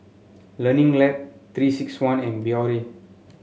Learning Lab Three six one and Biore